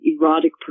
erotic